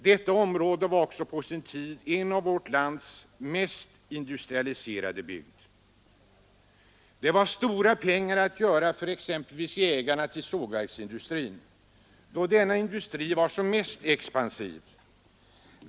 Detta område var också på sin tid ett av vårt lands mest industrialiserade. Stora pengar var att göra exempelvis för ägarna till sågverksindustrin då denna industri var som mest expansiv.